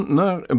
naar